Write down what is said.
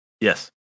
Yes